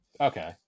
Okay